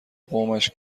قومش